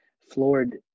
floored